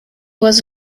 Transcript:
was